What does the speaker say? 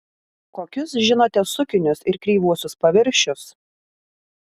kokius žinote sukinius ir kreivuosius paviršius